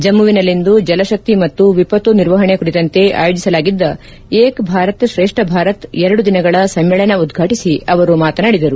ಜಮ್ಮುವಿನಲ್ಲಿಂದು ಜಲಶಕ್ತಿ ಮತ್ತು ವಿಪತ್ತು ನಿರ್ವಹಣೆ ಕುರಿತಂತೆ ಆಯೋಜಿಸಲಾಗಿದ್ದ ಏಕ್ ಭಾರತ್ ಶ್ರೇಷ್ಠ ಭಾರತ್ ಎರಡು ದಿನಗಳ ಸಮ್ಮೇಳನ ಉದ್ವಾಟಿಸಿ ಅವರು ಮಾತನಾಡಿದರು